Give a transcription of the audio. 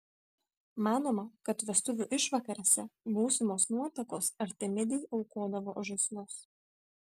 manoma kad vestuvių išvakarėse būsimos nuotakos artemidei aukodavo žaislus